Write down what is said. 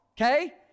okay